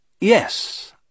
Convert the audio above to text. Yes